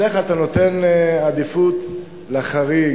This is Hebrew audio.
בדרך כלל אתה נותן עדיפות לחריג,